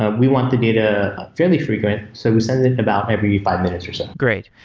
ah we want the data fairly frequent. so we send it about every five minutes or so. great.